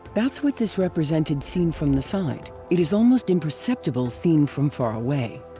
that's what this represented seen from the side, it is almost imperceptible seen from far away.